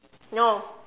no